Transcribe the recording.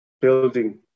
building